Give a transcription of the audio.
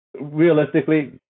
Realistically